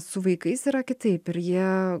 su vaikais yra kitaip ir jie